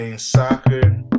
Soccer